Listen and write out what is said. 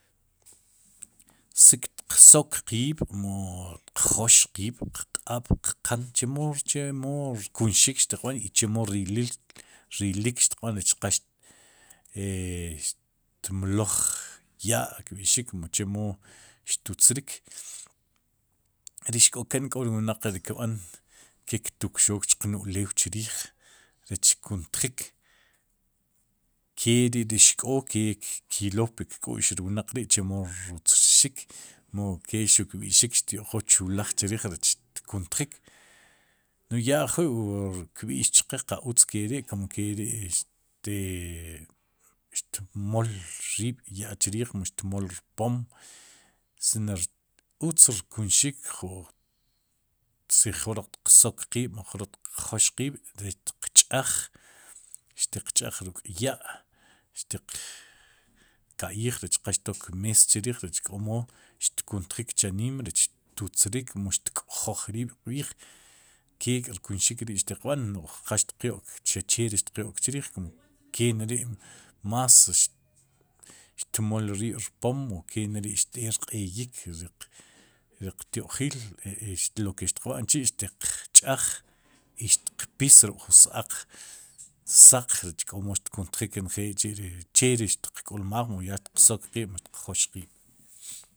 Si tiq sok qiib'mu tiq joox qiib' qq'aab'qq'an chemo chemo rkunxik xtiqb'an i chemo rilil rilik xtiq b'an rech qa e xtmloj ya'kb'ixik mu chemo xtutz rik ri xk'oken k'o ri wnaq kb'an ktukxook chqe ulew chriij rech tkuntjik ke ri'ri xk'o ke kylow puk k'u'x ri wnaq ri'chemo rutz rxik mu ke xuq kb'ixik kyo'qook chulaj chriij rech xtkuntjik, no'j ya ajwi'kb'ixik chqe qa utz ke ri' kum keri te xtmool riib'ya'chriij mu xtmol rpom sin utz rkunxik si jroq tiq sok qiib'mu jroq tiq joox qiib' rech tiq ch'aaj xtiq ch'aaj ruk'ya' xtiq ka'yij rech qa xtok mees chrrij k'omo xtkuntjik chaniim rech tutz rik xtk'joj riib'qb'iij k'ek'rkunxik ri'xtiq b'aan no'j qa xtiqyo'k xaq che chrrij, kum keneri' más xtmool riib' rpoom o keneri'xt'ek rq'eyik riq tyo'jil loque xtqb'an k'chi' xtiq ch'aj i xtiq pis ruk'ju s-aaq saq rech k'omo xtkuntjik njel kchi' ri xtiqk'ulmaaj o ya xtiq sok qiib' mu ixtiq joox qiib'.